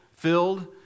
filled